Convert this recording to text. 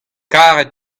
karet